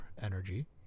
energy